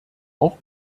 auch